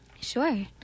sure